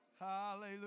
Hallelujah